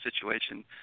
situation